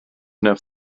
enough